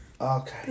Okay